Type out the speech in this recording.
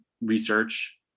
research